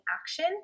action